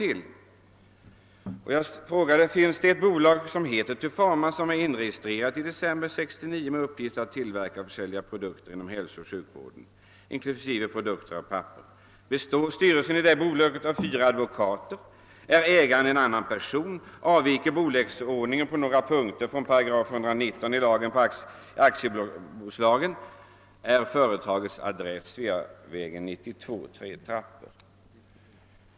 Jag frågade vidare: Finns det ett bolag som heter Tufama som inregistrerades i december 1969 med uppgift att tillverka och försälja produkter inom hälsooch sjukvården inklusive pappersprodukter, består bolagets styrelse av fyra advokater, är ägaren en annan person, avviker bolagsordningen på några punkter från § 119 i aktiebolagslagen och är företagets adress Sveavägen 92, 3 trappor?